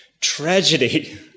tragedy